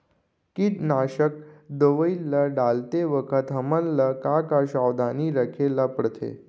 कीटनाशक दवई ल डालते बखत हमन ल का का सावधानी रखें ल पड़थे?